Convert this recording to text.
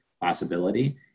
possibility